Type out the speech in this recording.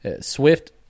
Swift